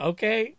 Okay